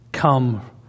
come